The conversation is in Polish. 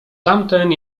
tamten